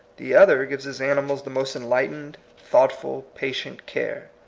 the other gives his animals the most enlightened, thoughtful, patient care.